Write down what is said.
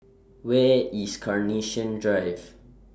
Where IS Carnation Drive